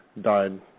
died